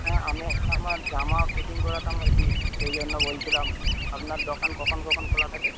হ্যাঁ আমি একটা আমার জামা ফিটিং করাতাম আরকি সেই জন্য বলছিলাম আপনার দোকান কখন কখন খোলা থাকে